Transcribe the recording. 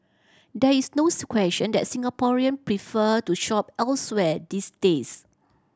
there is nose question that Singaporean prefer to shop elsewhere these days